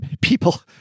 people